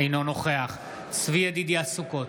אינו נוכח צבי ידידיה סוכות,